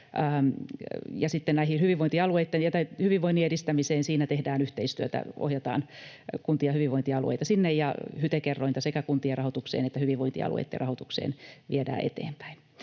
hyvinvoinnin edistämisessä tehdään yhteistyötä, ohjataan kuntia ja hyvinvointialueita, ja HYTE-kerrointa sekä kuntien rahoitukseen että hyvinvointialueitten rahoitukseen viedään eteenpäin.